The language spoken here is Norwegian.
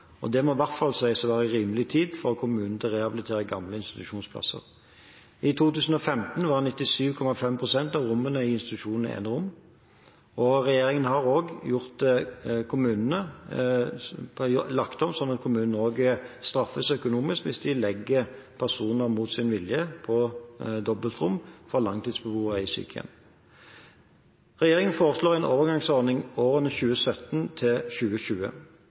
det må i hvert fall kunne sies å være rimelig tid for kommunene til å rehabilitere gamle institusjonsplasser. I 20l5 var 97,5 pst. av rommene i institusjon enerom. Regjeringen har også lagt om slik at kommunene straffes økonomisk hvis de legger langtidsbeboere i sykehjem på dobbeltrom mot sin vilje. Regjeringen foreslår en overgangsordning i årene